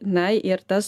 na ir tas